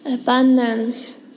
Abundance